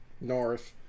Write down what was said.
north